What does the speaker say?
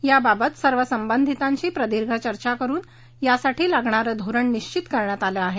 या बाबत सर्व संबधितांशी प्रदीर्घ चर्चा करुन यासाठी लागणारे धोरण निश्वित करण्यात आलं आहे